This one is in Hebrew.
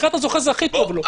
מבחינת הזוכה, זה הכי טוב לו.